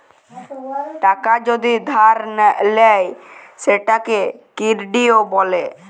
টাকা যদি ধার লেয় সেটকে কেরডিট ব্যলে